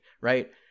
right